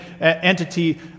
entity